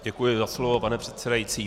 Děkuji za slovo, pane předsedající.